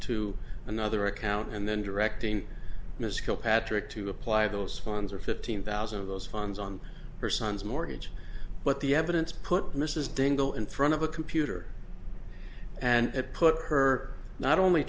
to another account and then directing most kilpatrick to apply those funds or fifteen thousand of those funds on her son's mortgage but the evidence put mrs dean go in front of a computer and it put her not only